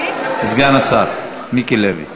החינוך, התרבות והספורט נתקבלה.